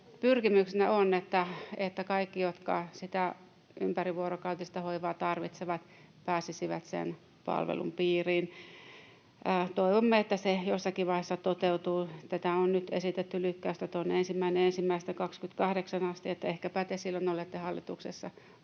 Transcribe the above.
pyrkimyksenä on, että kaikki, jotka sitä ympärivuorokautista hoivaa tarvitsevat, pääsisivät sen palvelun piiriin. Toivomme, että se jossakin vaiheessa toteutuu. Tähän on nyt esitetty lykkäystä 1.1.2028 asti, niin että ehkäpä te silloin olette hallituksessa toteuttamassa